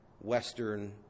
Western